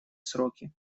сроки